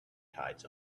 tides